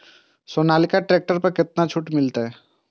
Sonalika tractor पर केतना छूट मिलते?